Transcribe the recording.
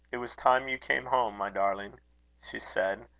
it was time you came home, my darling she said,